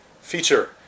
feature